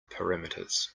parameters